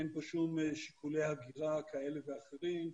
אין פה שום שיקולי הגירה כאלה ואחרים,